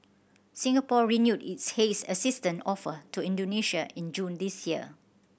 Singapore renewed its haze assistant offer to Indonesia in June this year